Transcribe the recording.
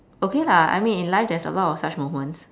okay lah I mean in life there's a lot of such moments